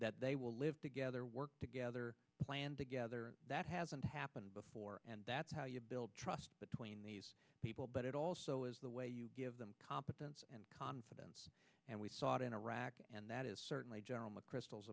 that they will live together work together plan together that hasn't happened before and that's how you build trust between the people but it also is the way you give them competence and confidence and we saw it in iraq and that is certainly general mcchrystal